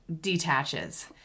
detaches